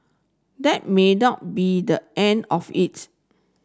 that may not be the end of it